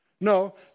No